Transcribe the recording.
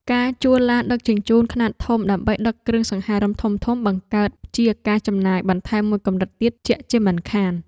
ការជួលឡានដឹកជញ្ជូនខ្នាតធំដើម្បីដឹកគ្រឿងសង្ហារិមធំៗបង្កើតជាការចំណាយបន្ថែមមួយកម្រិតទៀតជាក់ជាមិនខាន។